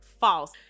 false